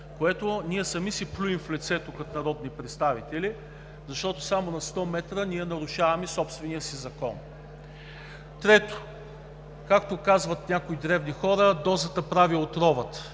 Ние сами си плюем в лицето като народни представители, защото само на 100 м нарушаваме собствения си закон. Трето, както казват някои древни хора: „Дозата прави отровата.“